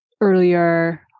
earlier